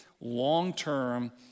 long-term